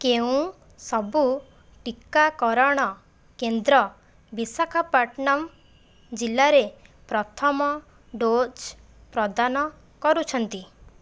କେଉଁ ସବୁ ଟିକାକରଣ କେନ୍ଦ୍ର ବିଶାଖାପାଟନମ ଜିଲ୍ଲାରେ ପ୍ରଥମ ଡୋଜ୍ ପ୍ରଦାନ କରୁଛନ୍ତି